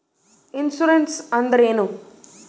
Insurance ಅಂದ್ರೇನು?